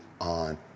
on